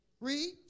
Read